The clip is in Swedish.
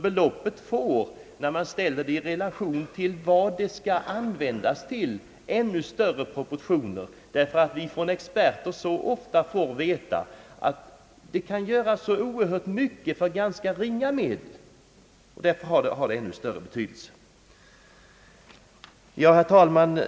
Beloppet får, när man ställer det i relation till vad det skall användas till, ännu större proportioner, därför att vi från experter så ofta får veta, att man kan göra så mycket med ganska ringa medel.